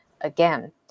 again